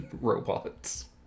robots